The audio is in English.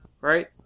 right